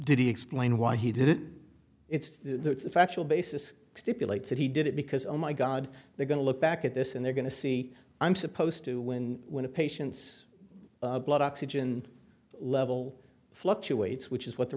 did he explain why he did it it's the factual basis stipulates that he did it because oh my god they're going to look back at this and they're going to see i'm supposed to when when a patient's blood oxygen level fluctuates which is what the